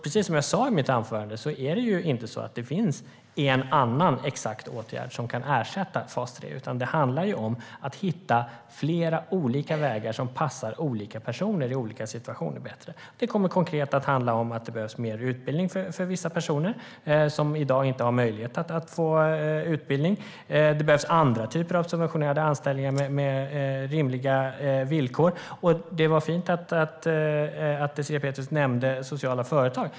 Precis som jag sa i mitt anförande finns det inte en annan åtgärd som kan ersätta fas 3, utan det handlar om att hitta flera olika vägar som passar olika personer i olika situationer. Konkret kommer det att handla om mer utbildning för vissa personer som i dag inte har möjlighet att få utbildning och andra typer av subventionerade anställningar med rimliga villkor. Det var fint att Désirée Pethrus nämnde sociala företag.